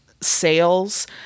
sales